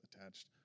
attached